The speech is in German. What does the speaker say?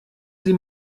sie